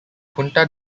punta